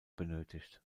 benötigt